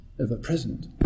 ever-present